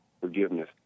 forgiveness